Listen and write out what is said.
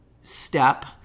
step